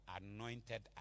anointed